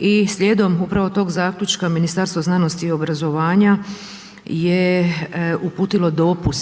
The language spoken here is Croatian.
i slijedom upravo tog zaključka Ministarstva znanosti i obrazovanja je uputilo